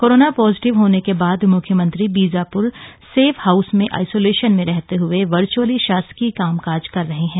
corona positive होने के बाद म्ख्यमंत्री बीजाप्र सेफ हाउस से आइसोलेशन में रहते हुए वर्च्अली शासकीय कामकाज कर रहे हैं